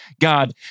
God